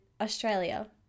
Australia